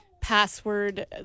password